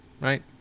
right